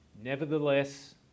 Nevertheless